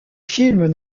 film